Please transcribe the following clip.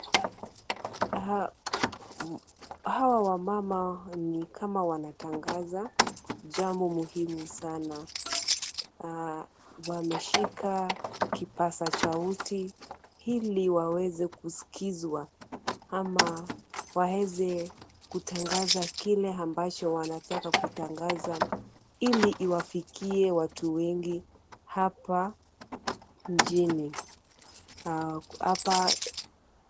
Hawa wamama ni kama wanatangaza jambo muhimu sana. Wameshika kipaza sauti ili waweze kusikizwa, ama waweze kutangaza kile ambacho wanataka kutangaza ili iwafikie watu wengi hapa mjini, hapa.